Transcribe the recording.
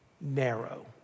narrow